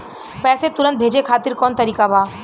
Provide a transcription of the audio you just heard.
पैसे तुरंत भेजे खातिर कौन तरीका बा?